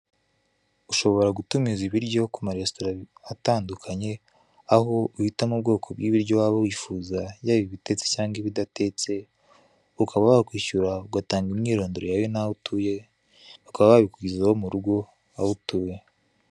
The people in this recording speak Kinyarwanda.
Ushobora gutumiza ibiryo ku maresitora atandukanye; aho uhitamo ubwoko bw'ibiryo wifuza yaba ibitetse cyangwa ibidatetse, ukaba wakwishyura ugatanga imyirondoro yawe n'aho utuye, bakaba babikugezaho mu rugo aho utuye.